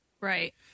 Right